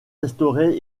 restaurée